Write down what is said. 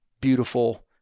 beautiful